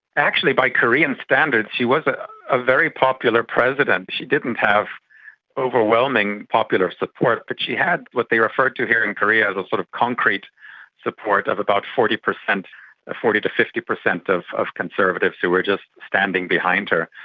actually by korean standards she was ah a very popular president. she didn't have overwhelming popular support but she had what they refer to here in korea as a sort of concrete support of about forty percent to fifty percent of of conservatives who were just standing behind her,